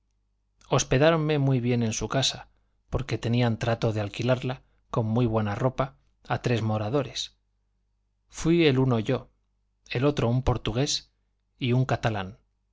hospedáronme muy bien en su casa porque tenían trato de alquilarla con muy buena ropa a tres moradores fui el uno yo el otro un portugués y un catalán